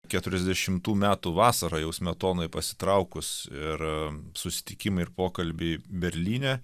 keturiasdešimų metų vasarą jau smetonai pasitraukus ir susitikimai ir pokalbiai berlyne